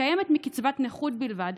מתקיימת מקצבת נכות בלבד.